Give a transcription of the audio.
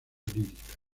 lírica